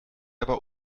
aber